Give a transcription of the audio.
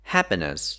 Happiness